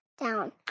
down